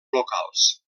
locals